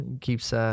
keeps